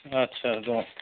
आटसा जागोन